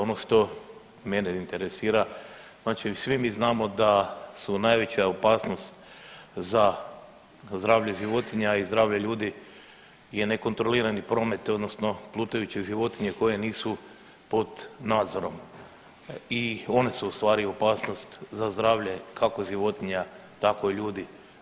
Ono što mene interesira, znači svi mi znamo da su najveća opasnost za zdravlje životinja i zdravlje ljudi je nekontrolirani promet odnosno plutajuće životinje koje nisu pod nadzorom i one su u stvari opasnost za zdravlje kako životinja, tako i ljudi.